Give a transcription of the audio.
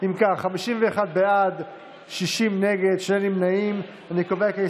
הציונות הדתית לפני סעיף 1 לא נתקבלה.